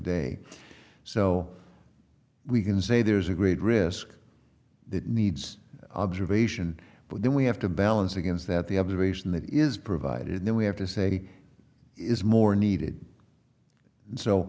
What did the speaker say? day so we can say there's a great risk that needs observation but then we have to balance against that the observation that is provided and then we have to say is more needed so